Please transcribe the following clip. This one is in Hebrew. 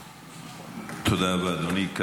תודה רבה, אדוני.